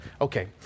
Okay